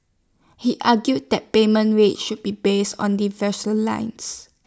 he argued that payment rates should be based on the vessel length